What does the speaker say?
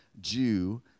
Jew